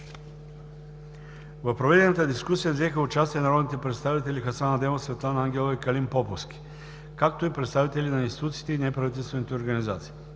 В проведената дискусия взеха участие народните представители Хасан Адемов, Светлана Ангелова и Калин Поповски, както и представители на институциите и неправителствените организации.